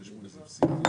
לכמה זמן הוא מקבל אותו?